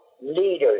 leaders